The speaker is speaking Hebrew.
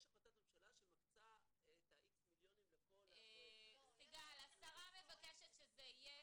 יש החלטת ממשלה שמקצה את ה-X מיליונים לכל --- השרה מבקשת שזה יהיה,